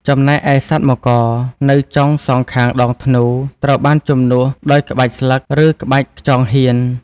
ចំណែកឯសត្វមករនៅចុងសងខាងដងធ្នូ ត្រូវបានជំនួសដោយក្បាច់ស្លឹក ឬក្បាច់ខ្យងហៀន។